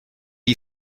you